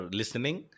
listening